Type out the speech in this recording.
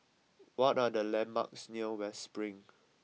what are the landmarks near West Spring